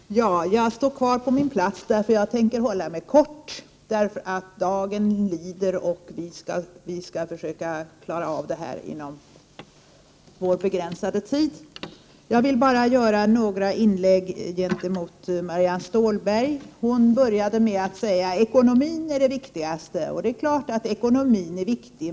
Herr ordförande! Jag står kvar på min plats och tänker göra ett kort inlägg. Dagen lider, och vi skall försöka hinna med detta ärende. Låt mig framföra några synpunkter med anledning av vad Marianne Stålberg sade. Hon började med att säga att ekonomin är det viktigaste, och det är klart att den är viktig.